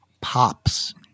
pops